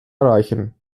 erreichen